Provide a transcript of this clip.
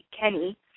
Kenny